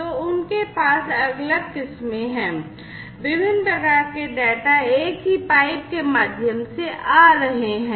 तो उनके पास अलग अलग किस्में हैं विभिन्न प्रकार के डेटा एक ही पाइप के माध्यम से आ रहे हैं